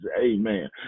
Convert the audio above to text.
Amen